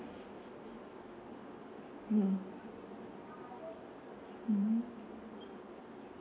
hmm mmhmm